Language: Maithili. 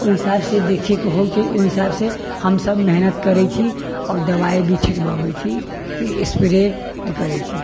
ओहि हिसाबसे देखैके होइत छै ओहि हिसाब से हमसभ मेहनत करैत छी आओर दवाइ भी छिटबाबैत छी स्प्रे करैत छी